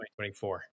2024